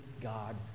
God